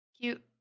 Cute